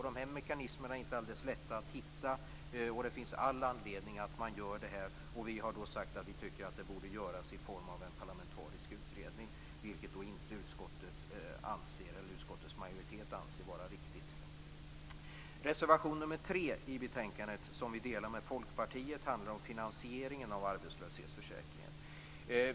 Dessa mekanismer är inte alldeles lätta att hitta. Det finns all anledning att detta görs. Vi har sagt att vi tycker att det borde göras i form av en parlamentarisk utredning, vilket utskottets majoritet inte anser vara riktigt. Reservation nr 3 i betänkandet som vi delar med Folkpartiet handlar om finansieringen av arbetslöshetsförsäkringen.